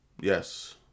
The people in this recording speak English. Yes